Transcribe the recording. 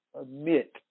admit